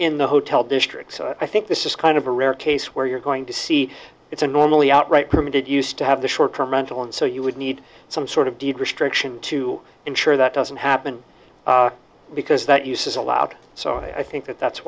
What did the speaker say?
in the hotel district so i think this is kind of a rare case where you're going to see it's a normally outright permitted used to have the short term rental and so you would need some sort of deed restriction to insure that doesn't happen because that use is allowed so i think that's why that's